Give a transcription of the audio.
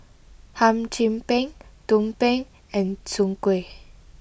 Hum Chim Peng Tumpeng and Soon Kuih